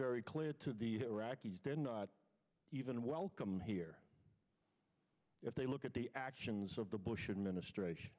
very clear to the iraqis they're not even welcome here if they look at the actions of the bush administration